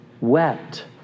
wept